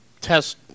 test